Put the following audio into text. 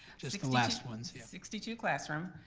just the last ones. sixty two classroom,